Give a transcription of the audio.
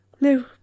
No